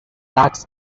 lacks